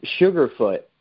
Sugarfoot